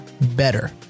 better